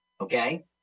okay